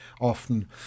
often